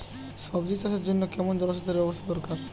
সবজি চাষের জন্য কেমন জলসেচের ব্যাবস্থা দরকার?